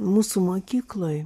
mūsų mokykloj